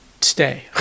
stay